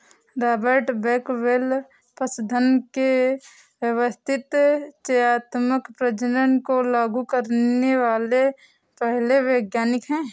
Robert Bakewell पशुधन के व्यवस्थित चयनात्मक प्रजनन को लागू करने वाले पहले वैज्ञानिक है